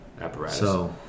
apparatus